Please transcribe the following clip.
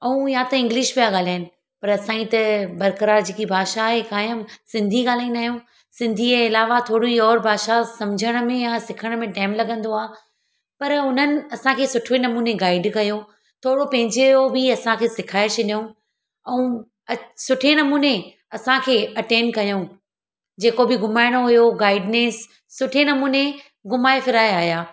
ऐं या त इंग्लिश पिया ॻाल्हाइनि पर असां जी त बरक़रार जेकी भाषा आहे क़ाइमु सिंधी ॻाल्हाईंदा आहियूं सिंधीअ जे अलावा थोरी और भाषा सम्झण में या सिखण में टाइम लॻंदो आहे पर उन्हनि असांखे सुठे नमूने गाइड कयो थोरो पंहिंजे जो बि असांखे सेखारे छॾियाऊं ऐं सुठे नमूने असांखे अटेंड कयूं जेको बि घुमाइणो हुयो गाइडनेस सुठे नमूने घुमाए फिराए आया